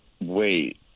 Wait